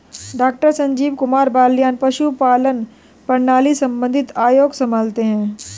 doctor Sanjeev Kumar Balyan पशुपालन प्रणाली संबंधित आयोग संभालते हैं